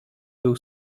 był